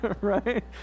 Right